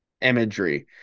imagery